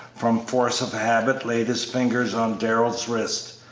from force of habit laid his fingers on darrell's wrist,